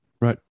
Right